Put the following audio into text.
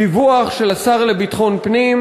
דיווח של השר לביטחון פנים,